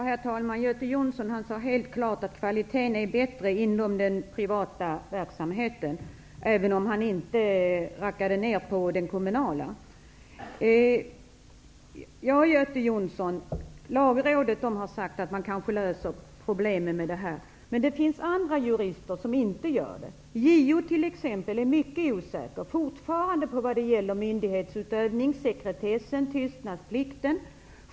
Herr talman! Göte Jonsson sade helt klart att kvaliteten är bättre inom den privata verksamheten, även om han inte rackade ner på den kommunala. Ja, Lagrådet har sagt att man kanske löser problemen med det här förslaget, men andra jurister anser inte det. JO är t.ex. mycket osäker vad gäller myndighetsutövandet, sekretessen och tystnadsplikten.